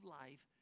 life